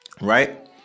right